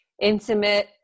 intimate